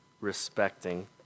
respecting